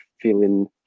feeling